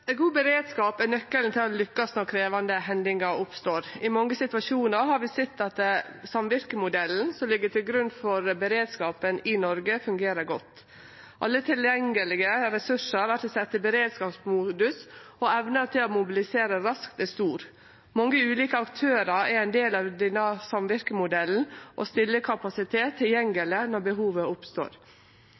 en vesentlig bedre beredskap med tjenestens nye ambulansefly, men at operatøren, Babcock, bare klarte å levere 90,65 pst. God beredskap er nøkkelen til å lykkast når krevjande hendingar oppstår. I mange situasjonar har vi sett at samvirkemodellen, som ligg til grunn for beredskapen i Noreg, fungerer godt. Alle tilgjengelege ressursar vert sette i beredskapsmodus, og evna til å mobilisere raskt er stor. Mange ulike aktørar er ein del av denne samvirkemodellen og